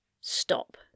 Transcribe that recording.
Stop